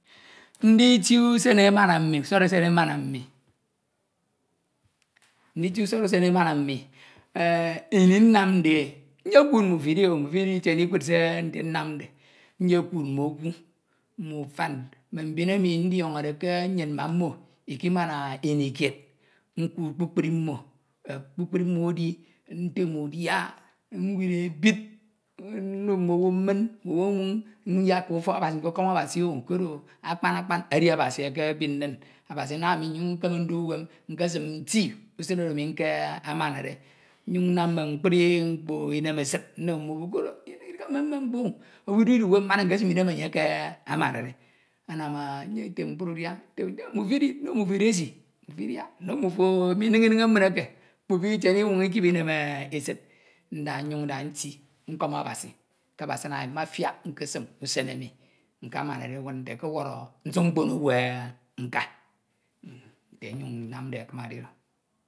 Nditi usen emana mmi, usọrọ usen emana mmi, nditi usọrọ usen emana mmi, enh Ini nnamde e, nyekud mmufo idi o, mmufo nnyuñ Idikiene Ikud se nnamde, nyekeed mm’owu, mm’ufan, mme mbin emi ndiọnọde ke nnyin ma mmo Ikimana ini keed nkud kpukpri mmo, e kpukpri mmo edi, ntem udia, ñwid ebid, nno mm’owu mmin, mm’lowu onwoñ, nyeka ufọk Abasi nkekọm Abasi o koro akpan akpan edi Abasi ekebid nin Abasi anam ami nnyuñ nkeme ndu uwem nke sim nsum nti usen oro ami nkamahade nnyuñ nnam mme mkpri mkpo Inemesid nno mm’owu koro Idihe mmem mmem mkpo o owu ndidu uwem mmana nkesim ini emi enye akamade, anam nnfin Item mkpri udia, nte nte mmufo idi. nno mmufo edesi mmufo Idia, nno mmufo Iniñe Iniñe mmin eke mmufo Ikiene Inwoñ Inem Idem esid nka nyuñ nda nti, nkọm Abasi ke Abasi anam ami mafiak nkesim usen emi nkamanade awudde ke ọwọrọ nsuk mkpon owu nka, nte nyuñ nnamde akim edi oro